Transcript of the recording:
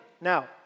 Now